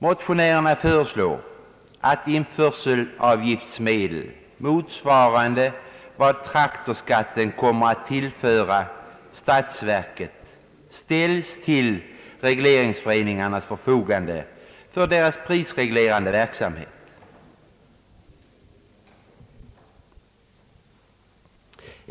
Motionärerna föreslår att införselavgiftsmedel motsvarande vad traktorskatten kommer att tillföra statsverket ställs till regleringsföreningarnas förfogande för dessas prisreglerande verksamhet.